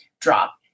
drop